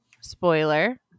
Spoiler